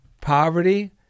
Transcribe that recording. poverty